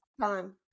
time